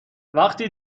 وقتی